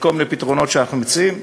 לכל מיני פתרונות שאנחנו מציעים.